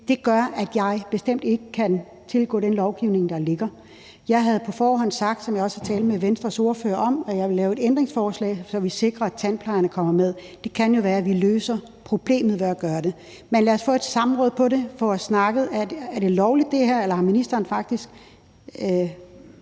det gør, at jeg bestemt ikke kan tilgå den lovgivning, der ligger. Jeg havde på forhånd sagt, som jeg også har talt med Venstres ordfører om, at jeg ville lave et ændringsforslag, så vi sikrer, at tandplejerne kommer med. Det kan jo være, at vi løser problemet ved at gøre det. Men lad os få et samråd om det og få snakket om, om det her er lovligt, eller om ministeren faktisk